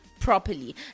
properly